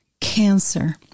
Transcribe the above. cancer